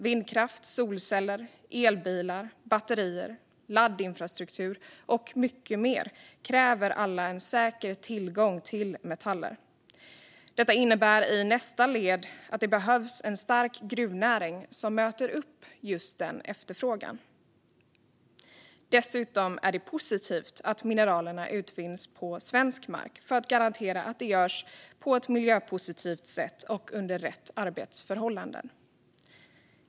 Vindkraft, solceller, elbilar, batterier, laddinfrastruktur och mycket mer kräver alla säker tillgång till metaller. Detta innebär i nästa led att det behövs en stark gruvnäring som möter just den efterfrågan. Dessutom är det positivt att mineralerna utvinns på svensk mark för att garantera att det görs på ett miljöpositivt sätt och under rätt arbetsförhållanden.